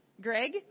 Greg